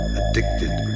addicted